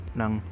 ng